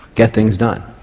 get things done.